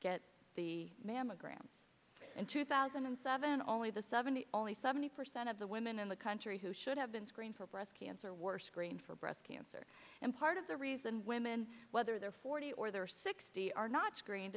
get the mammogram in two thousand and seven only the seventy only seventy percent of the women in the country who should have been screened for breast cancer were screened for breast cancer and part of the reason women whether they're forty or they're sixty are not screened